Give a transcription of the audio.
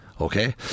Okay